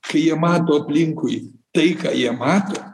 kai jie mato aplinkui tai ką jie mato